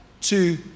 two